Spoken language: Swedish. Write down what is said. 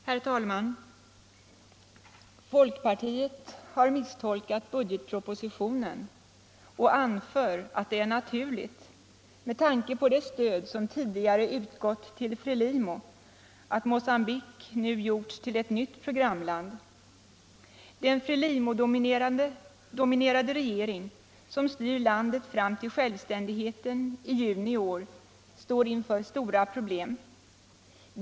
Herr talman! Folkpartiet har misstolkat budgetpropositionen och anför att det är naturligt, med tanke på det stöd som tidigare utgått till FRE LIMO, att Mogambique nu gjorts till ett nytt programland. Den FRELIMO-dominerade regering som styr landet fram till självständigheten i juni i år står inför stora problem.